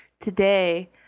Today